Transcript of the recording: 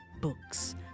books